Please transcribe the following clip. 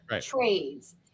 trades